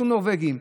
ייעשו נורבגים.